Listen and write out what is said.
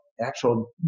actual